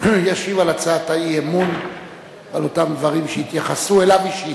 ישיב על הצעת האי-אמון על אותם דברים שהתייחסו אליו אישית.